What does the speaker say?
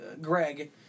Greg